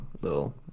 little